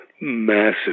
massive